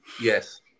Yes